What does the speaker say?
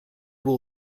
will